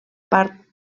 part